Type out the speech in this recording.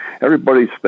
Everybody's